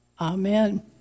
Amen